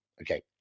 Okay